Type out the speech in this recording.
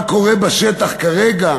מי יבדוק מה קורה בשטח כרגע?